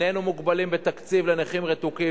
איננו מוגבלים בתקציב לנכים רתוקים.